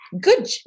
good